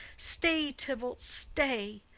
stay, tybalt, stay!